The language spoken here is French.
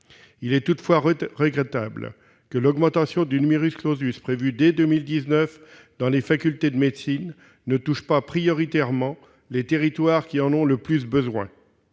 Il est toutefois regrettable que l'augmentation de ce prévue dès 2019 dans les facultés de médecine ne touche pas prioritairement les territoires en ayant le plus besoin.